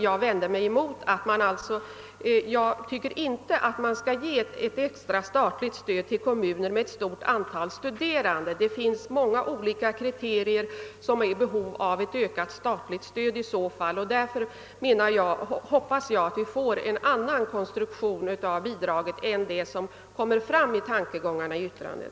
Jag tycker inte att vi skall ge ett extra statliga stöd till kommuner med ett stort antal studerande. Det finns många andra kriterier på behov av ett ökat statligt stöd. Jag hoppas därför att konstruktionen av bidraget blir en annan än den som antyds i det särskilda yttrandet.